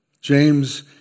James